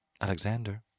Alexander